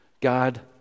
god